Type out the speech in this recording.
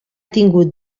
tingut